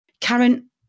Karen